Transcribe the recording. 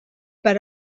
per